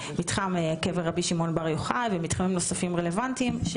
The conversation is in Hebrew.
קבר רבי שמעון בר יוחאי ומתחמים נוספים רלוונטיים.